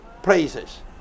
places